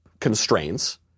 constraints